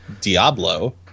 Diablo